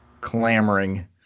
clamoring